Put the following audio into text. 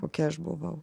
kokia aš buvau